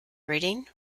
breeding